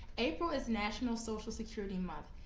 april is national social security month.